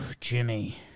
Jimmy